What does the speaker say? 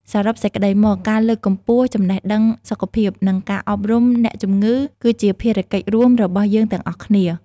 សរុបសេចក្តីមក ការលើកកម្ពស់ចំណេះដឹងសុខភាព និងការអប់រំអ្នកជំងឺគឺជាភារកិច្ចរួមរបស់យើងទាំងអស់គ្នា។